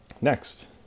Next